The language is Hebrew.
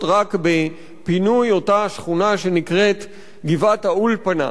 רק בפינוי אותה שכונה שנקראת גבעת-האולפנה,